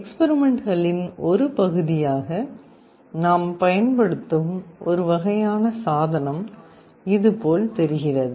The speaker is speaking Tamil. எக்ஸ்பெரிமெண்ட்களின் ஒரு பகுதியாக நாம் பயன்படுத்தும் ஒரு வகையான சாதனம் இதுபோல் தெரிகிறது